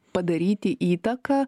padaryti įtaką